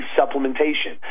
supplementation